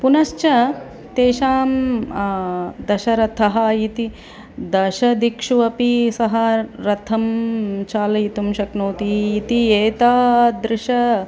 पुनश्च तेषां दशरथः इति दशदिक्षुः अपि सः रथं चालयितुं शक्नोति इति एतादृश